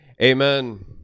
Amen